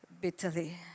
bitterly